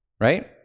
right